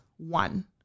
One